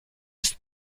ist